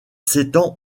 s’étend